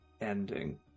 ending